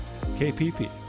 KPP